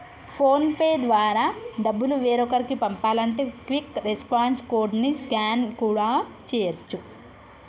phone pay ద్వారా డబ్బులు వేరొకరికి పంపాలంటే క్విక్ రెస్పాన్స్ కోడ్ ని స్కాన్ కూడా చేయచ్చు